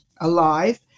alive